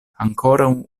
ankoraŭ